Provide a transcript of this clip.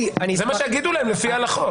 זה מה שיגידו להם לפי ההלכות.